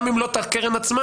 גם אם לא את הקרן עצמה,